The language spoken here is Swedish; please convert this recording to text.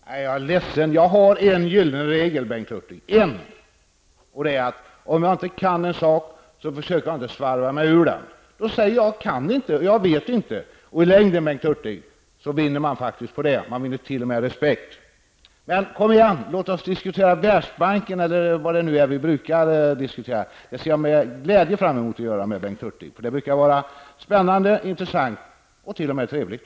Herr talman! Jag är ledsen, Bengt Hurtig, men jag har en gyllene regel, nämligen att om jag inte kan en sak försöker jag heller inte svarva mig ur den. Då säger jag att jag inte kan och inte vet. I längden, Bengt Hurtig, vinner man faktiskt på det. Man vinner t.o.m. respekt. Men kom igen! Låt oss diskutera Världsbanken eller vad det nu är vi brukar diskutera. Det ser jag med glädje fram emot att få göra med Bengt Hurtig. Det brukar vara spännande, intressant och t.o.m. trevligt.